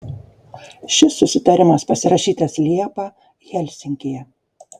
šis susitarimas pasirašytas liepą helsinkyje